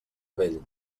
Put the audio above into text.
vell